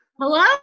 hello